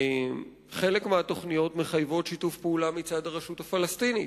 חלק מהתוכניות מחייבות שיתוף פעולה מצד הרשות הפלסטינית.